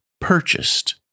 purchased